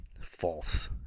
false